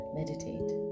meditate